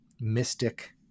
mystic